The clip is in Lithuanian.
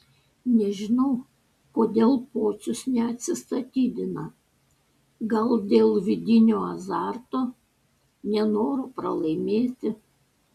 nežinau kodėl pocius neatsistatydina gal dėl vidinio azarto nenoro pralaimėti